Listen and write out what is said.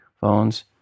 phones